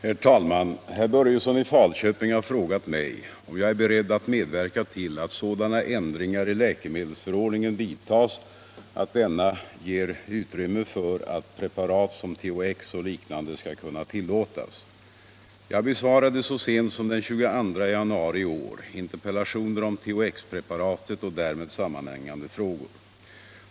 Herr talman! Herr Börjesson i Falköping har frågat mig om jag är beredd att medverka till att sådana ändringar i läkemedelsförordningen vidtas att denna ger utrymme för att preparat som THX och liknande skall kunna tillåtas. Jag besvarade så sent som den 22 januari i år interpellationer om THX preparatet och därmed sammanhängande frågor.